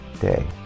day